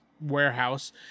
warehouse